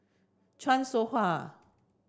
Chan Soh Ha